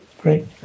Great